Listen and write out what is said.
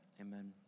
amen